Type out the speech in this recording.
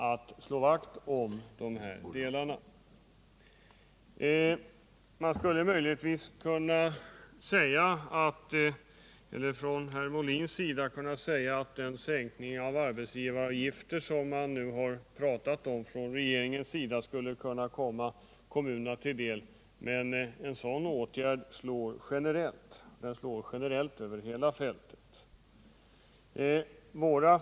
Från det håll som herr Molin representerar skulle man möjligen kunna säga att det regeringsförslag om sänkning av arbetsgivaravgiften, som det talats om, skulle kunna komma kommunerna till del, men en sådan åtgärd slår generellt över hela fältet.